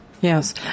Yes